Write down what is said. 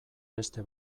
beste